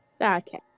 Okay